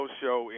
show